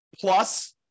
Plus